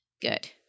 Good